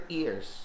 ears